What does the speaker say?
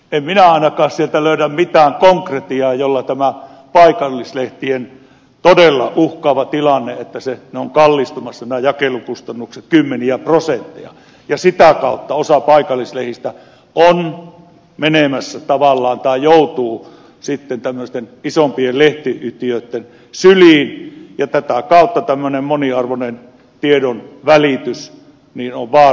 en minä ainakaan sieltä löydä mitään konkretiaa tähän paikallislehtien todella uhkaavaan tilanteeseen kun jakelukustannukset ovat kallistumassa kymmeniä prosentteja ja sitä kautta uusia paikallislista on jo menemässä osa paikallislehdistä joutuu sitten tämmöisten isompien lehtiyhtiöitten syliin ja tätä kautta tämmöinen moniarvoinen tiedonvälitys on vaarantumassa